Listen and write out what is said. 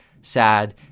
sad